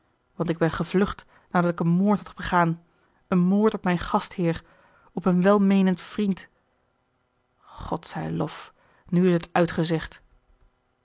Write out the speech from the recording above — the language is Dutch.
want ik ben gevlucht nadat ik een moord had begaan een moord op mijn gastheer op een welmeenend vriend god zij lof nu is het